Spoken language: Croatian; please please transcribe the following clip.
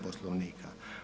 Poslovnika.